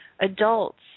Adults